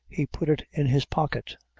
he put it in his pocket,